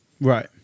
right